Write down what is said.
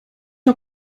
nur